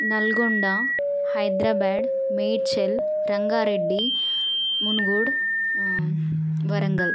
Nalgonda Hyderabad Medchal Rangareddy Munugode Warangal